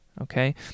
okay